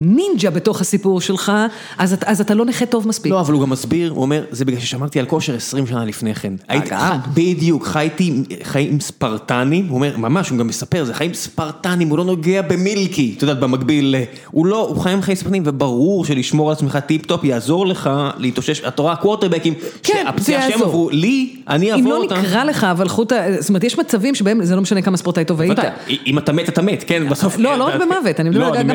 נינג'ה בתוך הסיפור שלך, אז אתה לא נכה טוב מספיק. לא, אבל הוא גם מסביר, הוא אומר, זה בגלל ששמעתי על כושר 20 שנה לפני כן. הגעה. בדיוק, חייתי חיים ספרטנים, הוא אומר, ממש, הוא גם מספר את זה, חיים ספרטנים, הוא לא נוגע במילקי, את יודעת, במקביל, הוא חיים חיים ספרטנים, וברור שלשמור על עצמך טיפ טופ, יעזור לך להתאושש, אתה רואה הקוורטרבקים, כן, פציעי עזוב. שהפציעי ה' עברו לי, אני אעבור אותם. קרה לך, אבל חוטא, זאת אומרת, יש מצבים שבהם זה לא משנה כמה ספורטאי טוב היית. אם אתה מת, אתה מת, כן, בסוף. לא, לא רק במוות.